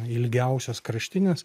ilgiausios kraštinės